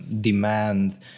demand